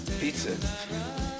Pizza